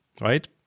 right